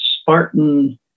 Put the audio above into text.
Spartan